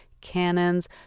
cannons